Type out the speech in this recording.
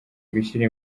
gushyira